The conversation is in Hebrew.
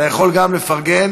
אתה יכול גם לפרגן,